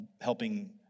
helping